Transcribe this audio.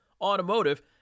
automotive